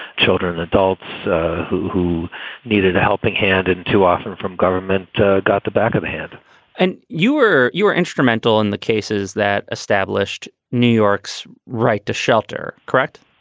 children, adults who who needed a helping hand and to offer from government got the back of the head and you were you were instrumental in the cases that established new york's right to shelter. correct?